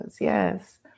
Yes